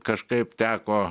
kažkaip teko